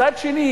מצד אחר,